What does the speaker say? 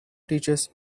teaches